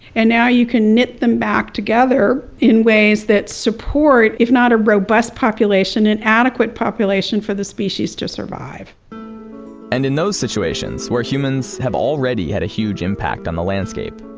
and now you can knit them back together in ways that support, if not a robust population, an adequate population for the species to survive and in those situations, where humans have already had a huge impact on the landscape,